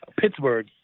Pittsburgh